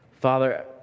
Father